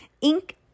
Ink